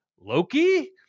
Loki